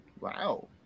Wow